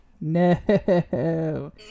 No